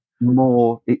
more